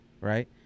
right